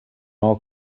all